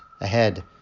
ahead